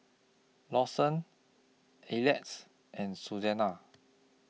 Lawson Elliott's and Susanna